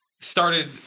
started